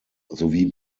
sowie